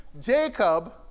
Jacob